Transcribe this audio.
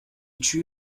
tue